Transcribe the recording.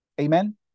Amen